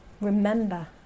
remember